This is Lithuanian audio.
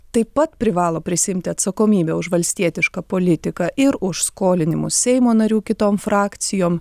taip pat privalo prisiimti atsakomybę už valstietišką politiką ir už skolinimus seimo narių kitom frakcijom